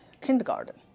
kindergarten